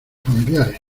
familiares